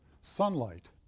sunlight